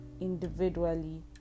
individually